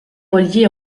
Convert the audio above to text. reliée